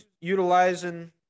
utilizing